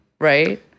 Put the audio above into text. right